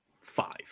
five